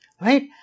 Right